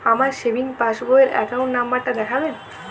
আমার সেভিংস পাসবই র অ্যাকাউন্ট নাম্বার টা দেখাবেন?